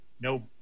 no